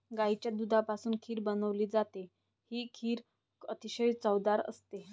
गाईच्या दुधापासून खीर बनवली जाते, ही खीर अतिशय चवदार असते